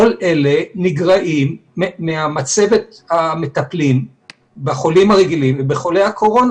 כל אלה נגרעים ממצבת המטפלים בחולים הרגילים ובחולי הקורונה.